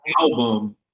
album